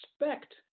expect